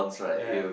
yea